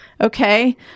okay